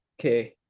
Okay